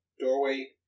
doorway